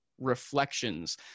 reflections